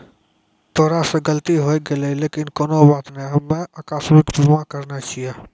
तोरा से गलती होय गेलै लेकिन कोनो बात नै हम्मे अकास्मिक बीमा करैने छिये